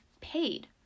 paid